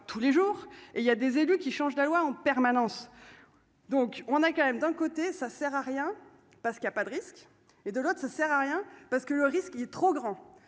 tous les jours et il y a des élus qui change la loi, en permanence, donc on a quand même d'un côté, ça sert à rien parce qu'il y a pas de risque et de l'autre, ça sert à rien parce que le risque, il est trop grand,